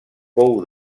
pou